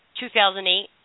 2008